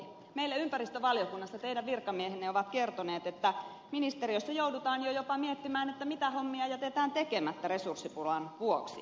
meillä ympäristövaliokunnassa teidän virkamiehenne ovat kertoneet että ministeriössä joudutaan jo jopa miettimään mitä hommia jätetään tekemättä resurssipulan vuoksi